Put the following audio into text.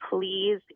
please